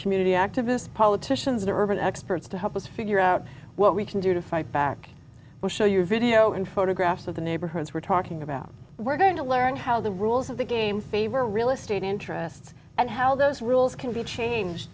community activists politicians and urban experts to help us figure out what we can do to fight back we'll show you video and photographs of the neighborhoods we're talking about we're going to learn how the rules of the game favor real estate interests and how those rules can be changed